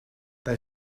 they